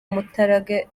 umuturage